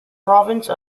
province